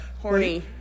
horny